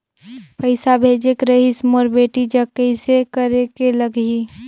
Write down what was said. पइसा भेजेक रहिस मोर बेटी जग कइसे करेके लगही?